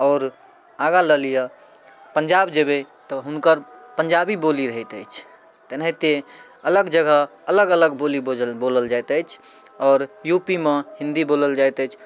आओर आगाँ लऽ लिए पंजाब जेबै तऽ हुनकर पंजाबी बोली रहैत अछि तेनाहिते अलग जगह अलग अलग बोली बाजल बोलल जाइत अछि आओर यूपीमे हिन्दी बोलल जाइत अछि